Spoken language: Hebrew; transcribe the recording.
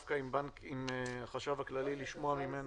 אני אתחיל דווקא עם החשב הכללי כדי לשמוע ממנו.